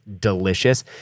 delicious